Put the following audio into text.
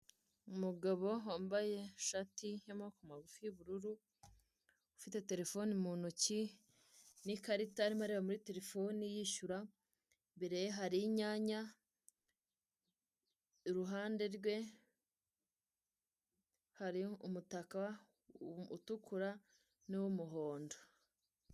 Umugabo wambaye ishati y'amaboko magufi y'ubururu, ufite telefone mu ntoki n'ikarita arimo areba muri telefoni yishyura, mbere ye hari inyanya, iruhande rwe hari, umutaka utukura n'uw'umuhondo.